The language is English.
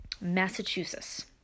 Massachusetts